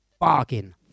bargain